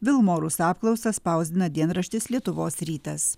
vilmorus apklausą spausdina dienraštis lietuvos rytas